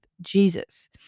Jesus